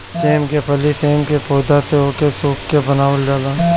सेम के फली सेम के पौध से ओके सुखा के बनावल जाला